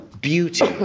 beauty